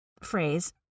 phrase